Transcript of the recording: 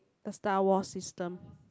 the Star Wars system